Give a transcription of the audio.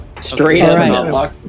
Straight